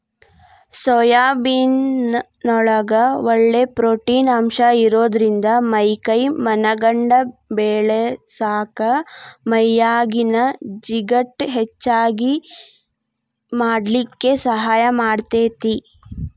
soybean ನೊಳಗ ಒಳ್ಳೆ protein ಅಂಶ ಇರೋದ್ರಿಂದ ಮೈ ಕೈ ಮನಗಂಡ ಬೇಳಸಾಕ ಮೈಯಾಗಿನ ಜಿಗಟ್ ಹೆಚ್ಚಗಿ ಮಾಡ್ಲಿಕ್ಕೆ ಸಹಾಯ ಮಾಡ್ತೆತಿ